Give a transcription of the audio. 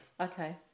Okay